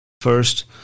First